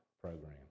program